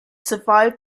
survived